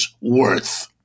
worth